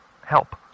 help